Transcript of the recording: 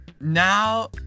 now